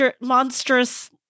monstrous